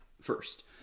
first